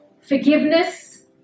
forgiveness